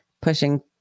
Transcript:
pushing